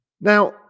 Now